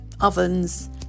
ovens